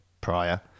prior